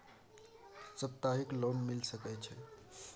सप्ताहिक लोन मिल सके छै?